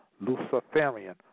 Luciferian